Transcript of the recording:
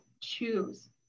choose